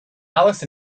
alice